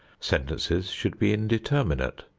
sentences should be indeterminate,